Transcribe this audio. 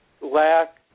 lack